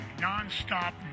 non-stop